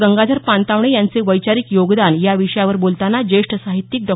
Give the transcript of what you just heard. गंगाधर पानतावणे यांचे वैचारिक योगदान या विषयावर बोलतांना जेष्ठ साहित्यिक डॉ